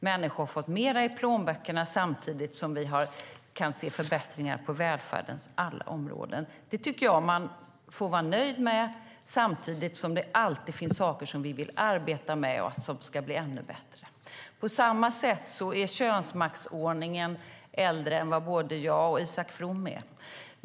Människor har fått mer i plånböckerna samtidigt som vi kan se förbättringar på välfärdens alla områden. Det får man vara nöjd med samtidigt som det alltid finns saker som vi vill arbeta med och som ska bli ännu bättre. På samma sätt är könsmaktsordningen äldre än vad både jag och Isak From är.